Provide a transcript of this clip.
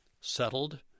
settled